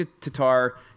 Tatar